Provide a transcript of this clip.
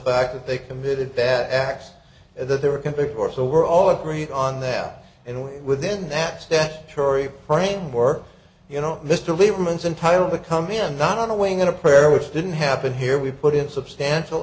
fact that they committed that act that they were convicted or so we're all agreed on that and within that statutory framework you know mr lieberman's entitled become him not on a wing and a prayer which didn't happen here we put in substantial